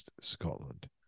Scotland